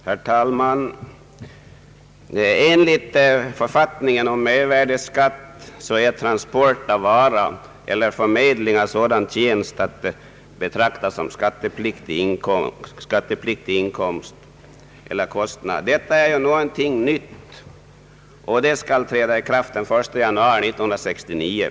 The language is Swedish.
Herr talman! Enligt författningen om mervärdeskatt är inkomst av transport av vara eller av förmedling av sådan tjänst att betraktas såsom skattepliktig. Detta är något nytt och det skall träda i kraft den 1 januari 1969.